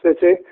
city